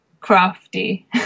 crafty